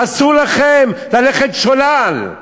אסור לכם ללכת שולל.